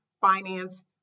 finance